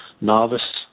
novice